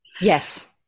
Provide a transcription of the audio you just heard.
Yes